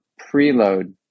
preload